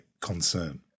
concern